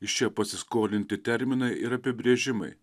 iš čia pasiskolinti terminai ir apibrėžimai